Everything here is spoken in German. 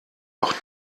doch